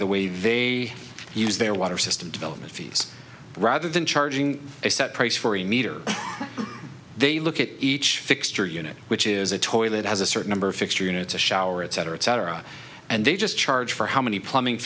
the way they use their water system development fees rather than charging a set price for a meter they look at each fixture unit which is a toilet has a certain number of fixed units a shower etc etc and they just charge for how many plumbing